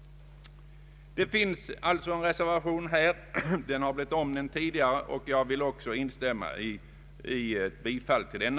Det finns en reservation härom. Den har blivit omnämnd tidigare, och jag vill ansluta mig till yrkandet om bifall till den.